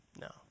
no